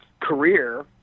career